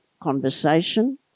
conversation